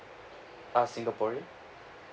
ah singaporean